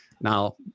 now